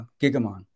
Gigamon